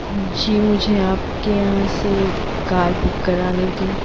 जी मुझे आपके यहाँ से कार बूक करानी थी